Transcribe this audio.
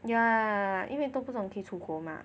ya 因为都不懂可以出国 mah